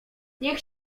niech